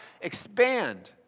Expand